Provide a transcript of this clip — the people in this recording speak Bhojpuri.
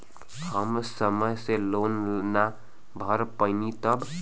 हम समय से लोन ना भर पईनी तब?